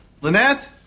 Lynette